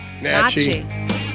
Nachi